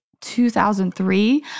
2003